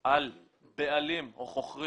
על בעלים או חוכרים